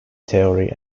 theory